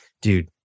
dude